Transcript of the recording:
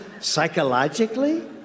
psychologically